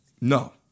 no